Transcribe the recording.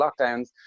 lockdowns